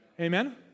Amen